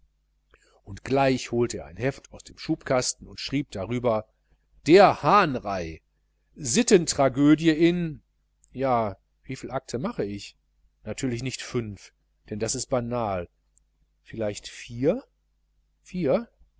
und gleich holte er ein heft aus dem schubkasten und schrieb darüber der hahnrei sittentragödie in ja wieviel akte mache ich natürlich nicht fünf denn das ist banal vielleicht vier vier